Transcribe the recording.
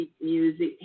Music